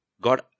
God